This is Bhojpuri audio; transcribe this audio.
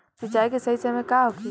सिंचाई के सही समय का होखे?